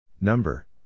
Number